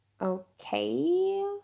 Okay